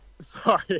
Sorry